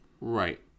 Right